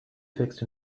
fixed